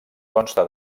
consta